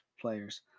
players